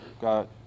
got